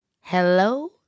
Hello